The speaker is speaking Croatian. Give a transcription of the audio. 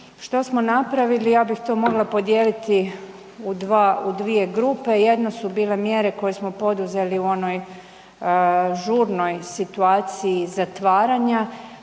Što smo napravili? Ja bih to mogla podijeliti u dvije grupe, jedno su bile mjere koje smo poduzeli u onoj žurnoj situaciji zatvaranja